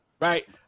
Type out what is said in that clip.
right